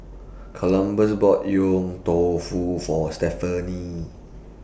Columbus bought Yong Tau Foo For Stephany